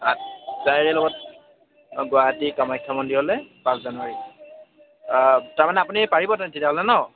তাইৰ লগত গুৱাহাটী কামাখ্যা মন্দিৰলৈ পাঁচ জানুৱাৰী তাৰমানে আপুনি পাৰিব তেতিয়াহ'লে নহ্